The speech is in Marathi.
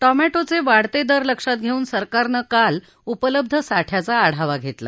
टॉमॅटोचे वाढते दर लक्षात घेऊन सरकारनं काल उपलब्ध साठ्याचा आढावा घेतला